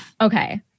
Okay